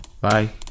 Bye